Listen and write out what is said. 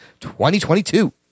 2022